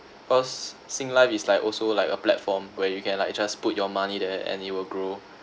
oh singlife is like also like a platform where you can like just put your money there and it will grow